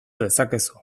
dezakezu